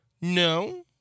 No